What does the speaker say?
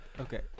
Okay